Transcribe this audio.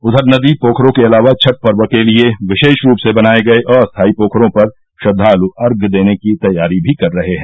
उधर नदी पोखरों के अलावा छठ पर्व के लिये विशेष रूप से बनाये गये अस्थायी पोखरों पर श्रद्वालु अर्ध्य देने की तैयारी भी कर रहे हैं